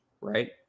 right